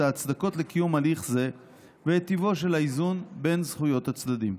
ההצדקות לקיום הליך זה ואת טיבו של האיזון בין זכויות הצדדים.